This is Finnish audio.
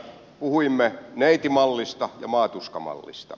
puhuimme neitimallista ja maatuskamallista